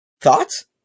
Thoughts